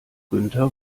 günther